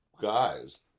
guys